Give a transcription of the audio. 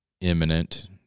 imminent